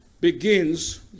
begins